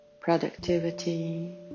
productivity